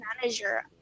manager